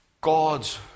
God's